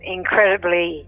incredibly